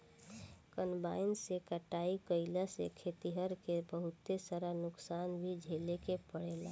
combine से कटाई कईला से खेतिहर के बहुत सारा नुकसान भी झेले के पड़ेला